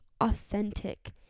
authentic